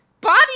body